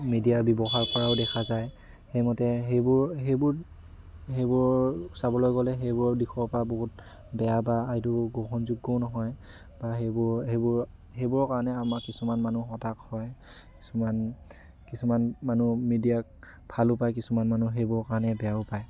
media ব্যৱহাৰ কৰাও দেখা যায় সেইমতে সেইবোৰ সেইবোৰ সেইবোৰ চাবলৈ গ'লে সেইবোৰৰ দিশৰ পৰা বহুত বেয়া বা এইটো গ্ৰহণযোগ্যও নহয় বা সেইবোৰ সেইবোৰৰ সেইবোৰৰ কাৰণে আমাৰ কিছুমান মানুহ হতাশ হয় কিছুমান কিছুমান মানুহ মিডিয়াক ভালো পায় কিছুমান মানুহ সেইবোৰৰ কাৰণে বেয়াও পায়